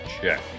check